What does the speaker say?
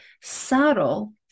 subtle